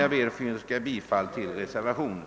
Jag yrkar bifall till reservationen.